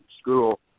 school